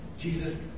Jesus